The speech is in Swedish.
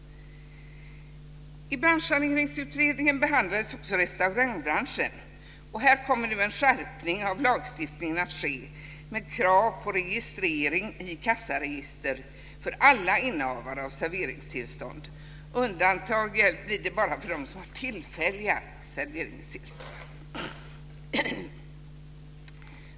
I Branschsaneringsutredningen behandlades också restaurangbranchen. Här kommer nu en skärpning av lagstiftningen att ske med krav på registrering i kassaregister för alla innehavare av serveringstillstånd. Undantag blir det bara för dem som har tillfälliga serveringstillstånd.